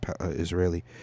Israeli